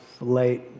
late